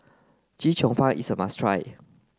Chee Cheong Fun is a must try